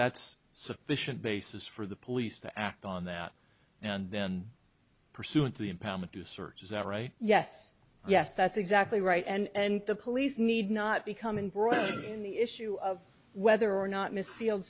that's sufficient basis for the police to act on that and then pursuant to the empowerment to search is that right yes yes that's exactly right and the police need not become embroiled in the issue of whether or not miss field